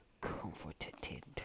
comforted